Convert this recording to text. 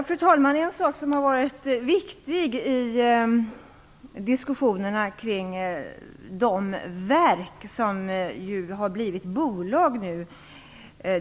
Fru talman! Vi skall tillgodose ett allmänintresse i styrelsen, och det skall vara en ordentlig ägarstrategi.